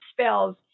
spells